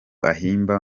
ahimba